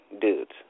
dudes